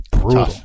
brutal